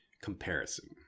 comparison